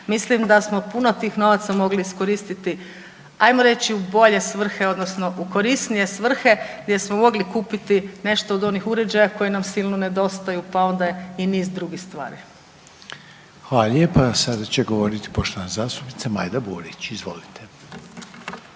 mislim da smo puno tih novaca mogli iskoristiti hajmo reći u bolje svrhe odnosno u korisnije svrhe gdje smo mogli kupiti nešto od onih uređaja koji nam silno nedostaju, pa onda i niz drugih stvari. **Reiner, Željko (HDZ)** Hvala lijepa. Sada će govoriti poštovana zastupnica Majda Burić. Izvolite.